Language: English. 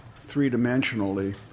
three-dimensionally